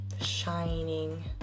shining